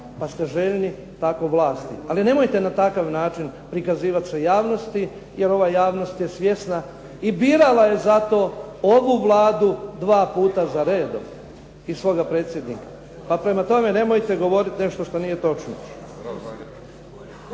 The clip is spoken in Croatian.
pa ste željni tako vlasti. Ali nemojte na takav način prikazivat se javnosti, jer ova javnost je svjesna i birala je zato ovu Vladu 2 puta za redom i svoga predsjednika. Pa prema tome, nemojte govoriti nešto što nije točno.